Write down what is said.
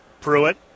Pruitt